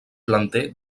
planter